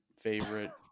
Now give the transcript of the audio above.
favorite